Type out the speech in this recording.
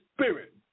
spirit